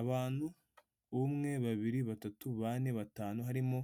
Abantu: umwe, babiri, batatu, bane, batanu. Harimo